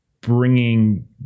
bringing